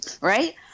Right